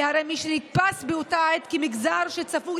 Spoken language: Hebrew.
כי הרי מי שנתפס באותה עת כמגזר שצפוי